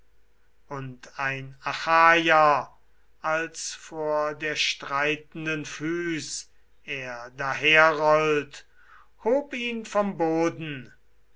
und ein achaier als vor der streitenden füß er daherrollt hob ihn vom boden